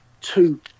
two